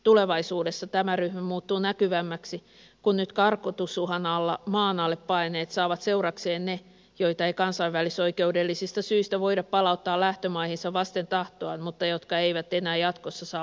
tulevaisuudessa tämä ryhmä muuttuu näkyvämmäksi kun nyt karkotusuhan alla maan alle paenneet saavat seurakseen ne joita ei kansainvälisoikeudellisista syistä voida palauttaa lähtömaihinsa vasten tahtoaan mutta jotka eivät enää jatkossa saa oleskelulupaa